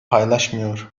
paylaşmıyor